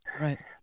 Right